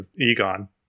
Egon